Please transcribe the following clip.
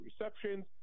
receptions